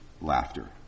laughter